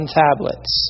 tablets